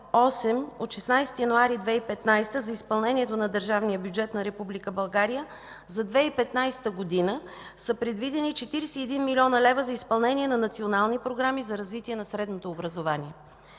от 16 януари 2015 г. за изпълнението на държавния бюджет на Република България за 2015 г. са предвидени 41 млн. лв. за изпълнение на национални програми за развитие на средното образование.